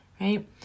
right